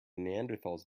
neanderthals